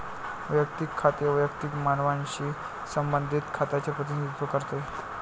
वैयक्तिक खाते वैयक्तिक मानवांशी संबंधित खात्यांचे प्रतिनिधित्व करते